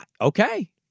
Okay